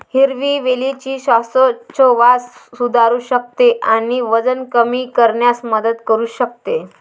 हिरवी वेलची श्वासोच्छवास सुधारू शकते आणि वजन कमी करण्यास मदत करू शकते